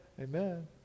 amen